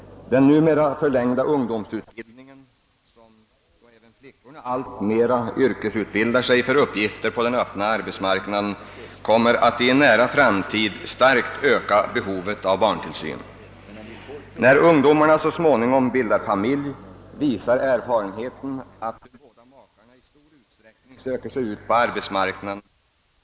Den numera förlängda yrkesutbildningen, då även flickorna alltmer utbildar sig för arbetsuppgifter i öppna arbetsmarknaden, kommer att i en nära framtid starkt öka behovet av barntillsyn. Erfarenheten visar att när ungdomarna så småningom bildar familj de båda makarna i stor utsträckning söker sig ut på arbetsmarknaden, även om barn finns i familjen.